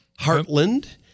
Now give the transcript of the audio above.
Heartland